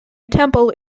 temple